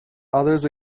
others